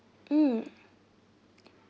mm